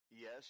Yes